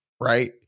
right